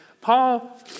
Paul